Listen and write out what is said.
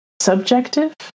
subjective